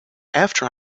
after